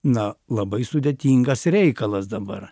na labai sudėtingas reikalas dabar